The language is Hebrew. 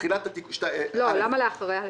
למה "לאחריה"?